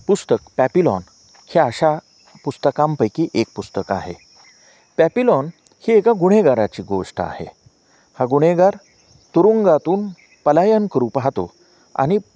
पुस्तक पॅपिलॉन ह्या अशा पुस्तकांपैकी एक पुस्तक आहे पॅपिलॉन ही एका गुन्हेगाराची गोष्ट आहे हा गुन्हेगार तुरुंगातून पलायन करू पाहतो आणि